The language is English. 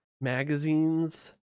magazines